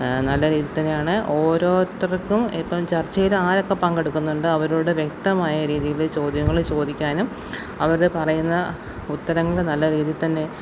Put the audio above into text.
നല്ല രീതിയിൽ തന്നെയാണ് ഓരോരുത്തർക്കും ഇപ്പം ചർച്ചയിലാരൊക്കെ പങ്കെടുക്കുന്നുണ്ടോ അവരോട് വ്യക്തമായ രീതിയിൽ ചോദ്യങ്ങൾ ചോദിക്കാനും അവരോട് പറയുന്ന ഉത്തരങ്ങൾ നല്ല രീതിയിൽ തന്നെ